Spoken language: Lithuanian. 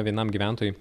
vienam gyventojui